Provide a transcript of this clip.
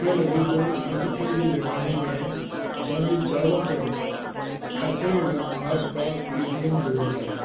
मूंखे लॻे थो अॼुकल्ह जे ज़माने में असांजे चारो तर्फ़ु किथे बि वञु आसपास एटीएम ज़रूरु आहे